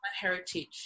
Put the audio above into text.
heritage